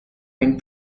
been